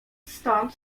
stąd